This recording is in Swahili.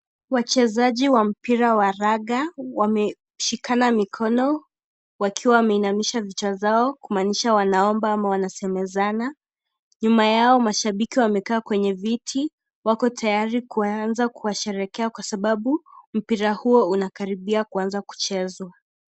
Wachezaji wa mpira wa raga. Wameshikana mikono wakiwa wameinamisha vichwa zao, kumanisha wanaomba ama wanasemezana. Nyuma yao, mashabiki wamekaa kwenye viti, wako tayari kuanza kuwasherehekea kwa sababu mpira huo unakaribia kuanza kuchezwa.